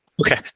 okay